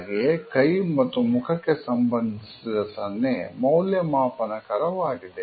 ಹಾಗೆಯೇ ಕೈ ಮತ್ತು ಮುಖಕ್ಕೆ ಸಂಬಂಧಿಸಿದ ಸನ್ನೆ ಮೌಲ್ಯಮಾಪನಕರವಾಗಿದೆ